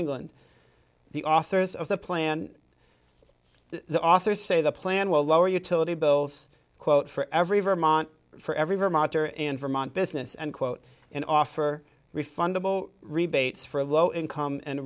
england the authors of the plan the authors say the plan will lower utility bills quote for every vermont for every vermonter in vermont business and quote and offer refundable rebates for low income and